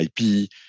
IP